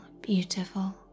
beautiful